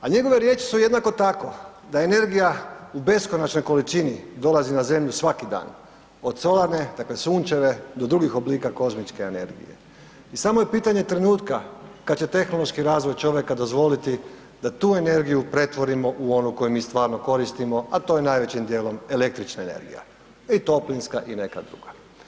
A njegove riječi su jednako tako da energija u beskonačnoj količini dolazi na zemlju svaki dan, od solarne, dakle sunčane do drugih oblika kozmičke energije i samo je pitanje trenutka kad će tehnološki razvoj čovjeka dozvoliti da tu energiju pretvorimo u onu koju mi stvarno koristimo a to je najvećim djelom električna energija i toplinska i neka druga.